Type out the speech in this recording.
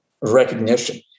recognition